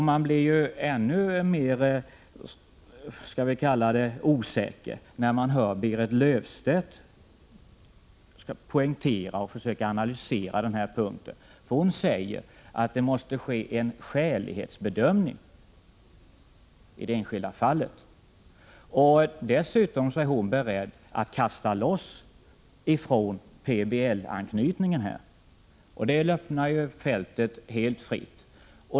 Man blir ännu mer osäker när man hör Berit Löfstedt försöka analysera den här punkten. Hon säger att det måste ske en skälighetsbedömning i det enskilda fallet. Dessutom är hon beredd att kasta loss från PBL-anknytningen, och det lämnar fältet helt fritt.